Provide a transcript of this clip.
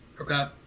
Okay